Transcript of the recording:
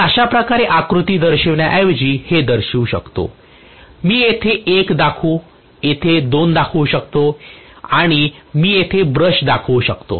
मी अश्याप्रकारे आकृती दर्शविण्याऐवजी हे दर्शवू शकतो मी येथे 1 दाखवू येथे 2 दाखवू शकतो आणि मी येथे ब्रश दाखवू शकतो